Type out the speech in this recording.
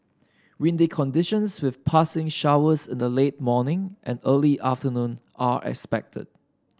windy conditions with passing showers in the late morning and early afternoon are expected